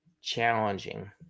challenging